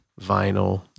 vinyl